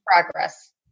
progress